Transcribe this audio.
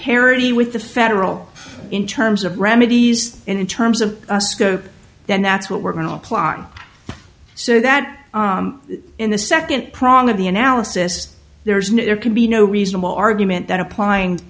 parity with the federal in terms of remedies in terms of scope then that's what we're going to apply so that in the second prong of the analysis there is no there can be no reasonable argument that applying